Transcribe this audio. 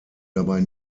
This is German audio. dabei